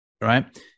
right